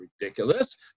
ridiculous